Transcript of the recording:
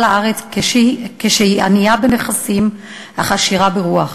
לארץ כשהיא ענייה בנכסים אך עשירה ברוח.